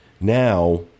now